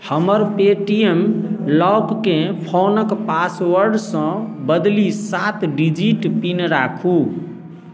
हमर पेटीएम लॉकके फोनके पासवर्डसँ बदलि सात डिजिट पिन राखू